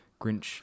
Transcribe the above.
grinch